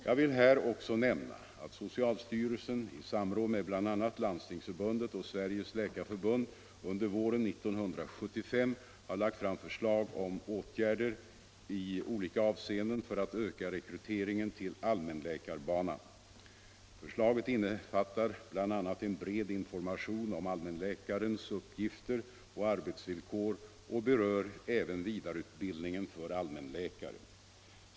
Jag vill här också nämna att socialstyrelsen i samråd med bl.a. Landstingsförbundet och Sveriges läkarförbund under våren 1975 har lagt fram förslag om åtgärder i olika avseenden för att öka rekryteringen till allmänläkarbanan. Förslaget innefattar bl.a. en bred information om allmänläkarens uppgifter och arbetsvillkor och berör även vidareutbildningen för allmänläkare.